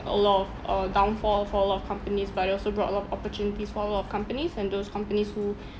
a lot of uh downfall for a lot of companies but they also brought a lot of opportunities for a lot of companies and those companies who